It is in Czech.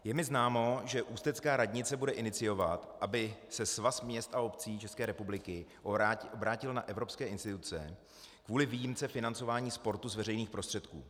Je mi známo, že ústecká radnice bude iniciovat, aby se Svaz měst a obcí České republiky obrátil na evropské instituce kvůli výjimce financování sportu z veřejných prostředků.